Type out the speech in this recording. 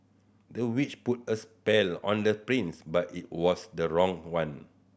the witch put a spell on the prince but it was the wrong one